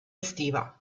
estiva